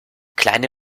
kleine